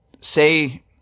say